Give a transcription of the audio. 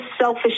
selfish